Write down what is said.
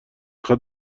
خواد